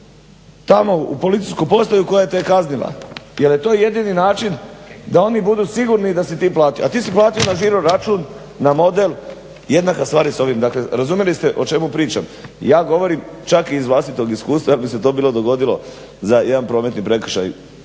tamo u policijsku postaju koja te je kaznila jer je to jedini način da oni budu sigurni da si ti platio, a ti si platio na žiro račun na model jednaka u stvari sa ovim. Dakle, razumjeli ste o čemu pričam. Ja govorim čak i iz vlastitog iskustva jer mi se to bilo dogodilo za jedan prometni prekršaj